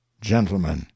gentlemen